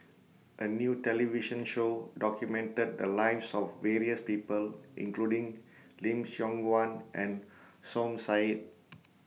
A New television Show documented The Lives of various People including Lim Siong Guan and Som Said